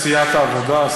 סיעת העבודה.